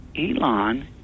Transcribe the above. Elon